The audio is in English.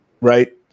right